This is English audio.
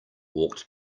walked